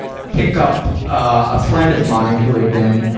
pick up, ah, a friend of mine who had been, ah,